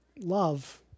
Love